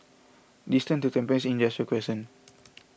distance to Tampines Industrial Crescent